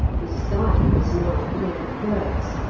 the sky was now cleared of birds,